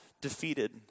defeated